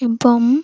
ଏବଂ